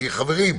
חברים,